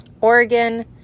Oregon